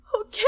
Okay